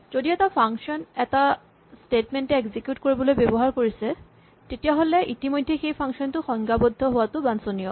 যদি এটা ফাংচন এটা স্টেমেন্ট এ এক্সিকিউট কৰিবলৈ ব্যৱহাৰ কৰিছে তেতিয়াহ'লে ইতিমধ্যেই সেই ফাংচন টো সংজ্ঞাবদ্ধ হোৱাটো বাঞ্চনীয়